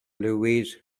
louise